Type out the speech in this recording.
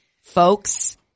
folks